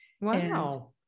Wow